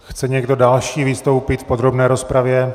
Chce někdo další vystoupit v podrobné rozpravě?